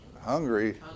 hungry